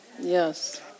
Yes